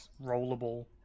rollable